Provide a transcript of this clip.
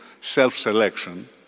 self-selection